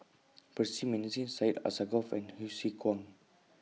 Percy Mcneice Syed Alsagoff and Hsu Tse Kwang